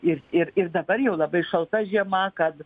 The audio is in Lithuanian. ir ir ir dabar jau labai šalta žiema kad